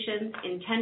intentions